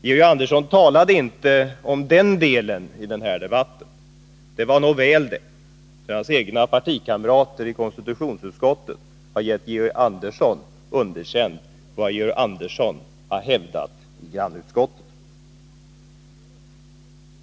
Georg Andersson talade inte om den delen av kulturutskottets arbete med videofrågorna. Och det var nog väl för honom. Hans egna partikamrater i konstitutionsutskottet har gett honom underkänt för det han har hävdat i grannutskottet.